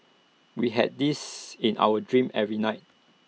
we had this in our dreams every night